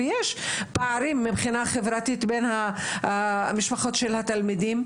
ויש פערים מבחינה חברתית בין המשפחות של התלמידים,